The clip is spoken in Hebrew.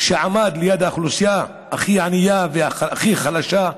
שעמד ליד האוכלוסייה הכי ענייה והכי חלשה,